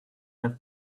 have